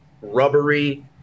rubbery